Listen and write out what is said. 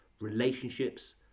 relationships